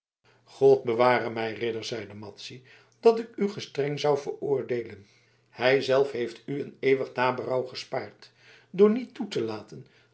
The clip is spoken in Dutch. god beware mij ridder zeide madzy dat ik u gestreng zou veroordeelen hij zelf heeft u een eeuwig naberouw gespaard door niet toe te laten